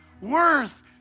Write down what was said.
worth